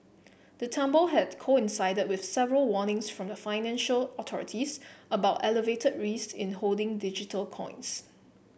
the tumble had coincided with several warnings from financial authorities about elevated risk in holding digital coins